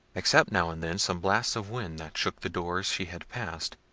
except now and then some blasts of wind that shook the doors she had passed,